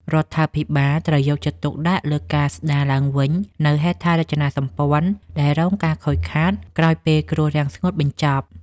រដ្ឋាភិបាលត្រូវយកចិត្តទុកដាក់លើការស្តារឡើងវិញនូវហេដ្ឋារចនាសម្ព័ន្ធដែលរងការខូចខាតក្រោយពេលគ្រោះរាំងស្ងួតបញ្ចប់។